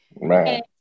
right